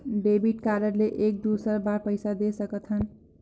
Debit card ले एक दुसर बार पइसा दे सकथन?